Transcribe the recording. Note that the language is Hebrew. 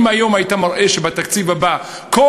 אם היום היית מראה שבתקציב הבא כל